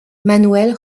manuel